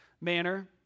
manner